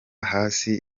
hasi